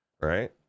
right